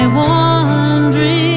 wandering